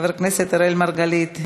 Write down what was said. חבר הכנסת אראל מרגלית,